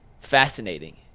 fascinating